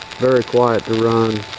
very quiet to run.